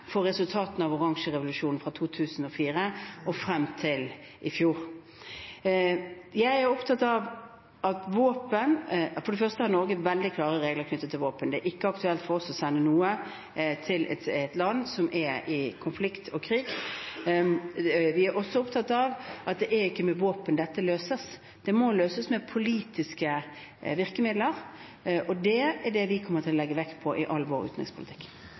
for resultatene av oransjerevolusjonen i 2004 og frem til i fjor. Når det gjelder våpen, har Norge for det første veldig klare regler knyttet til våpen. Det er ikke aktuelt for oss å sende noe til et land som er i konflikt og krig. Vi er også opptatt av at det ikke er med våpen dette løses. Det må løses med politiske virkemidler, og det er det vi kommer til å legge vekt på i all vår utenrikspolitikk.